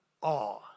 awe